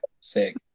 Sick